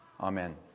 amen